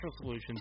solutions